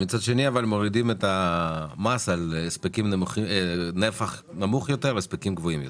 אבל מצד שני מורידים את המס על נפח נמוך יותר והספקים גבוהים יותר.